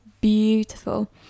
beautiful